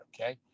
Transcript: okay